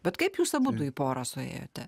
bet kaip jūs abudu į porą suėjote